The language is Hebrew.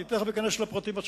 אני תכף אכנס לפרטים עצמם.